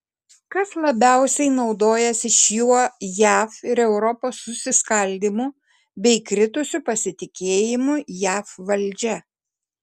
kas labiausiai naudojasi šiuo jav ir europos susiskaldymu bei kritusiu pasitikėjimu jav valdžia